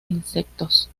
insectos